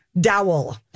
dowel